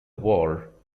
war